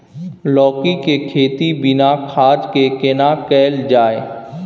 लौकी के खेती बिना खाद के केना कैल जाय?